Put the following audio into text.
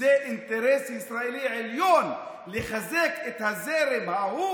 שזה אינטרס ישראלי עליון לחזק את הזרם ההוא